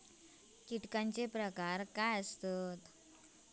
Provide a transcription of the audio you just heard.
कीटकांचे प्रकार काय आसत?